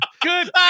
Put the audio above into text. Good